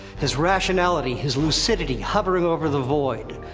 his rationality, his lucidity, hovering over the void,